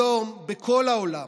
היום, בכל העולם,